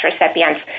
recipients